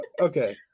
okay